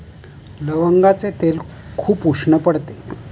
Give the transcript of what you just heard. लवंगाचे तेल खूप उष्ण पडते